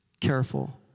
careful